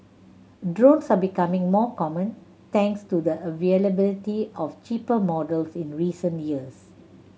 drones are becoming more common thanks to the availability of cheaper models in recent years